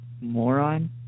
moron